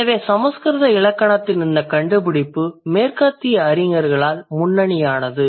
எனவே சமஸ்கிருத இலக்கணத்தின் இந்தக் கண்டுபிடிப்பு மேற்கத்திய அறிஞர்களால் முன்னணியானது